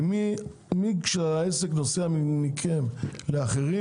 כי מהרגע שהעסק נוסע מכם אל אחרים,